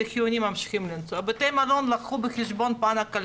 זה חיוני וממשיכים לנסוע.